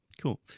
Cool